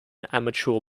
amateur